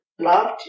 Love